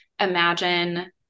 imagine